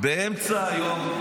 באמצע היום,